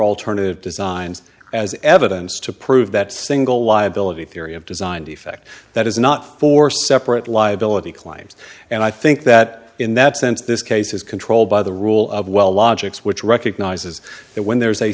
alternative designs as evidence to prove that single liability theory of design defect that is not for separate liability claims and i think that in that sense this case is controlled by the rule of well logics which recognizes that when there is a